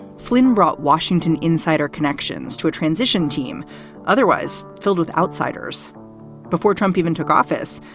flynn brought washington insider connections to a transition team otherwise filled with outsiders before trump even took office.